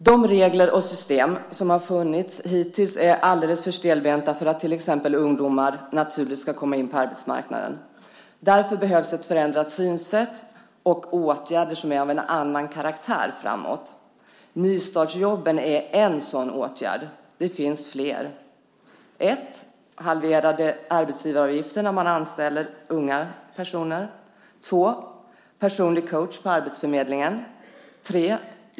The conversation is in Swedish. De regler och system som har funnits hittills är alldeles för stelbenta för att till exempel ungdomar naturligt ska komma in på arbetsmarknaden. Därför behövs det ett förändrat synsätt och åtgärder som är av en annan karaktär framöver. Nystartsjobben är en sådan åtgärd. Det finns flera. 1. Halverade arbetsgivaravgifter när man anställer unga personer. 2. Personlig coach på arbetsförmedlingen. 3.